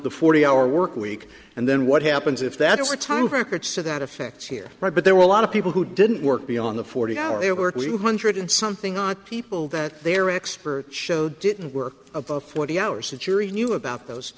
the forty hour work week and then what happens if that overtime records so that affects you're right but there were a lot of people who didn't work beyond the forty hour work week hundred something odd people that their expert show didn't work of forty hours a cheery knew about those